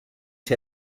der